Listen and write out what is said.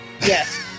yes